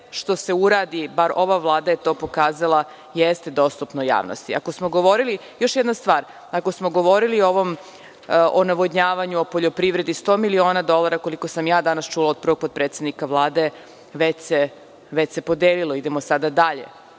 što se uradi, bar ova Vlada je to pokazala, jeste dostupno javnosti. Još jedna stvar, ako smo govorili o navodnjavanju, o poljoprivredi, 100 miliona dolara koliko sam ja danas čula upravo od potpredsednika Vlade, već se podelilo i idemo dalje. Prema